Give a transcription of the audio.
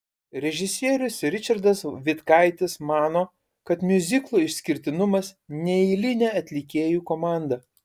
režisierius ričardas vitkaitis mano kad miuziklo išskirtinumas neeilinė atlikėjų komanda